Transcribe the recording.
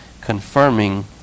confirming